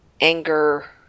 anger